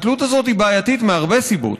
התלות הזאת בעייתית מהרבה סיבות